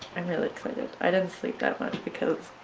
i'm really excited, i didn't sleep that much because